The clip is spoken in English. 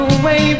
away